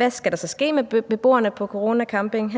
så skal ske med beboerne på Corona Camping: